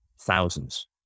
thousands